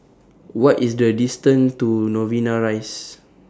What IS The distance to Novena Rise